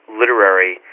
literary